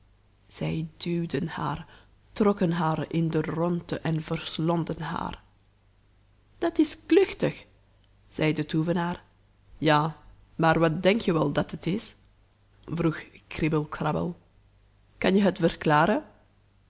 zij duwden haar trokken haar in de rondte en verslonden haar dat is kluchtig zei de toovenaar ja maar wat denk je wel dat het is vroeg kriebel krabbel kan je het